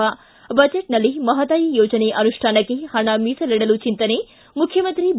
ಿ ಬಜೆಟ್ನಲ್ಲಿ ಮಹದಾಯಿ ಯೋಜನೆ ಅನುಷ್ಟಾನಕ್ಕೆ ಪಣ ಮೀಸಲಿಡಲು ಚಿಂತನೆ ಮುಖ್ಯಮಂತ್ರಿ ಬಿ